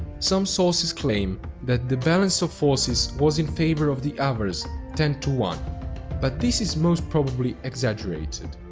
some sources claim that the balance of forces was in favor of the avars ten to one but this is most probably exaggerated.